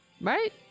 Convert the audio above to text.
Right